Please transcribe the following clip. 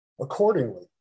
accordingly